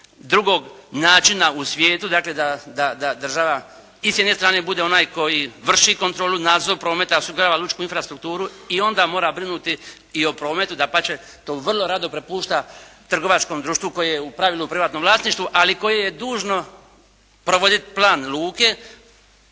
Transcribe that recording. drugog načina u svijetu dakle, da država, i s jedne strane bude onaj koji vrši kontrolu nadzor prometa …/Govornik se ne razumije./… osigurava lučku infrastrukturu i onda mora brinuti i o prometu, dapače, to vrlo rado prepušta trgovačkom društvu koje je u pravilu u privatnom vlasništvu, ali koje je dužno provoditi plan luke